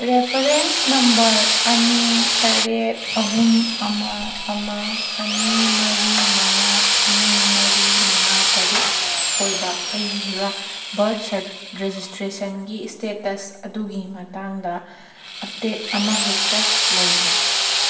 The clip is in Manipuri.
ꯔꯦꯐꯔꯦꯟꯁ ꯅꯝꯕꯔ ꯑꯅꯤ ꯇꯔꯦꯠ ꯑꯍꯨꯝ ꯑꯃ ꯑꯃ ꯑꯃ ꯑꯅꯤ ꯃꯔꯤ ꯃꯉꯥ ꯑꯅꯤ ꯃꯔꯤ ꯃꯉꯥ ꯇꯔꯨꯛ ꯑꯣꯏꯕ ꯑꯩꯒꯤꯔꯥ ꯕꯥꯔꯠ ꯔꯦꯖꯤꯁꯇ꯭ꯔꯦꯁꯟꯒꯤ ꯁ꯭ꯇꯦꯇꯁ ꯑꯗꯨꯒꯤ ꯃꯇꯥꯡꯗ ꯑꯞꯗꯦꯠ ꯑꯃ ꯍꯦꯛꯇ ꯂꯩꯕ꯭ꯔꯥ